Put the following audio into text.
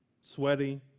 sweaty